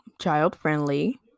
child-friendly